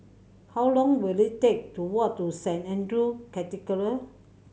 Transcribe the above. how long will it take to walk to Saint Andrew's Cathedral